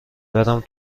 برم